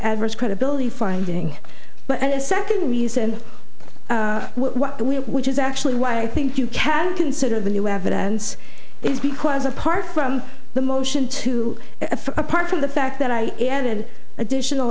adverse credibility finding but and second reason what we wish is actually why i think you can't consider the new evidence is because apart from the motion to apart from the fact that i added additional